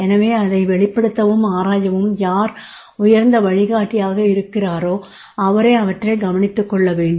எனவே அதை வெளிப்படுத்தவும் ஆராயவும் யார் உயர்ந்த வழிகாட்டியாக இருக்கிறாரோ அவரே அவற்றை கவனித்துக் கொள்ள வேண்டும்